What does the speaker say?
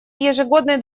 ежегодный